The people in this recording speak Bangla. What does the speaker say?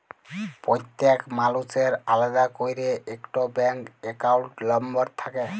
প্যত্তেক মালুসের আলেদা ক্যইরে ইকট ব্যাংক একাউল্ট লম্বর থ্যাকে